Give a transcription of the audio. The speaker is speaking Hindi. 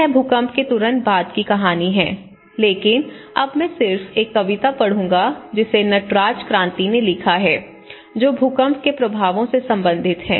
तो यह भूकंप के तुरंत बाद की कहानी है लेकिन अब मैं सिर्फ एक कविता पढ़ूंगा जिसे नटराज क्रांति ने लिखा है जो भूकंप के प्रभावों से संबंधित है